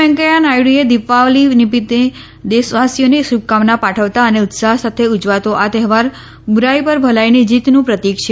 વેંકૈયા નાયડુએ દિપાવલી નિમિત્તે દેશવાસીઓને શુભકામના પાઠવતાં અને ઉત્સાહ સાથે ઉજવાતો આ તહેવાર બૂરાઈ પર ભલાઈની જીતનું પ્રતિક છે